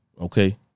Okay